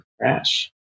Crash